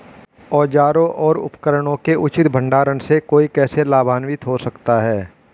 औजारों और उपकरणों के उचित भंडारण से कोई कैसे लाभान्वित हो सकता है?